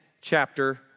chapter